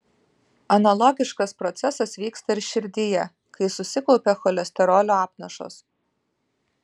analogiškas procesas vyksta ir širdyje kai susikaupia cholesterolio apnašos